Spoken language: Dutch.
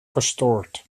verstoord